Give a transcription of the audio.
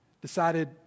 decided